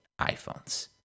iPhones